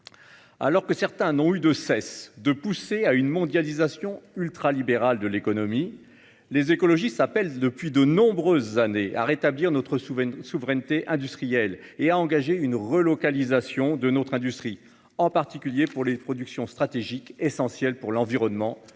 Tandis que certains n'ont eu de cesse de pousser à une mondialisation ultralibérale de l'économie, les écologistes appellent, depuis de nombreuses années, à rétablir notre souveraineté industrielle et à engager une relocalisation de notre industrie, en particulier pour les productions stratégiques essentielles pour l'environnement, la